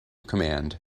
command